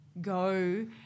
go